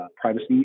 privacy